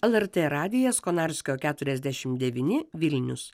lrt radijas konarskio keturiasdešimt devyni vilnius